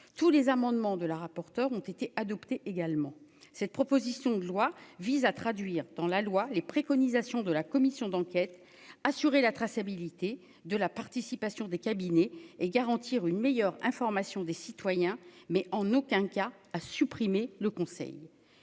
tous les amendements de la rapporteure ont été adoptées également cette proposition de loi vise à traduire dans la loi les préconisations de la commission d'enquête, assurer la traçabilité de la participation des cabinets et garantir une meilleure information des citoyens, mais en aucun cas à supprimer le conseil